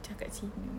cakap cina